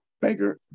baker